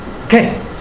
Okay